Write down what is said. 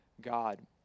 God